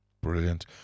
Brilliant